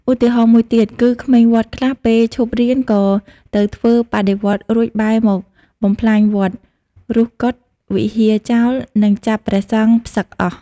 ឧទាហរណ៍មួយទៀត គឺក្មេងវត្តខ្លះ ពេលឈប់រៀនក៏ទៅធ្វើបដិវត្តន៍ រួចបែរមកបំផ្លាញវត្ត រុះកុដិ វិហារចោល និងចាប់ព្រះសង្ឃផ្សឹកអស់។